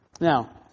Now